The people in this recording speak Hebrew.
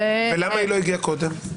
למה היא לא הגיעה קודם?